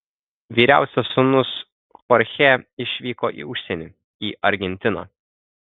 vyriausias sūnus chorchė išvyko į užsienį į argentiną